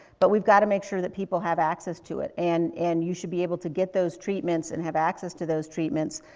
but we've got to make sure that people have access to it. and and you should be able to get those treatments and have access to those treatments,